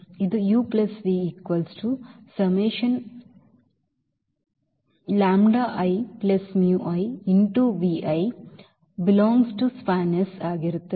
ಇದು ಆಗಿರುತ್ತದೆ